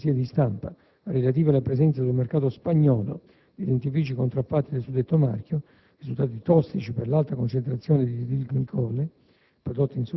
da un'Agenzia di stampa, relative alla presenza sul mercato spagnolo di dentifrici contraffatti del suddetto marchio risultati tossici per alta concentrazione di dietilenglicole